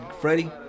Freddie